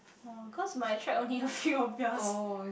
oh cause my check only a few of yours